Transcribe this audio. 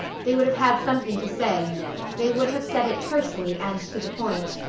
they would have had something to say they would have said it tersely and to the point.